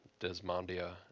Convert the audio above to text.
Desmondia